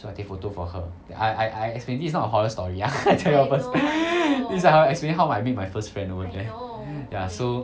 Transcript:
so I take photo for her I I I explain this is not a horror story ah I tell you first is I'll explain how I made my first friend over there ya so